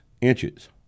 inches